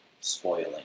spoiling